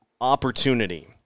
opportunity